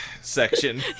section